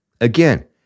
Again